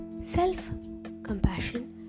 Self-compassion